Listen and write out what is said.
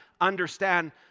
Understand